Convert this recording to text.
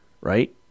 Right